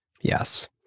Yes